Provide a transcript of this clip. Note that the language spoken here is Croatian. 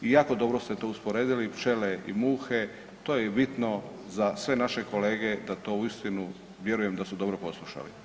I jako dobro ste to usporedili pčele i muhe, to je bitno za sve naše kolege da to uistinu, vjerujem da su dobro poslušali.